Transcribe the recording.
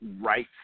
right